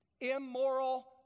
immoral